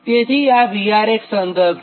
તેથી આ VR એક સંદર્ભ છે